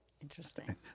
Interesting